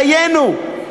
דיינו.